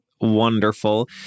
wonderful